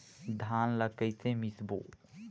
धान ला कइसे मिसबो?